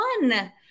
One